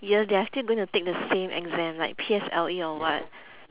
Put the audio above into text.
year they are still gonna take the same exam like P_S_L_E or what